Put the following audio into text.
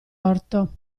orto